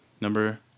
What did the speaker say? Number